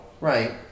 Right